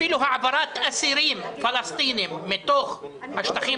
אפילו העברת אסירים פלסטינים מתוך השטחים